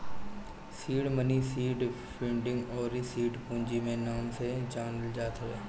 seed money seed funding अउरी seed पूंजी के नाम से जानल जात हवे